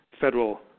federal